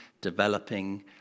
developing